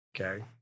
okay